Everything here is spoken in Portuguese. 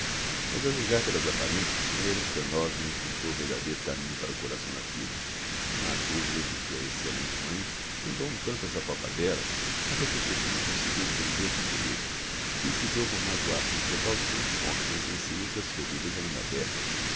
mas a julgar pelas apparencias maria alexandrovna encontrou o verdadeiro caminho para o coração da filha não ha duvida de que a excellente mãe andou um tanto ás apalpadélas até que por fim conseguiu pôr o dedo na ferida principiou por maguar sem precaução os pontos mais sensiveis das feridas ainda abertas